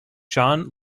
john